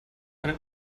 eine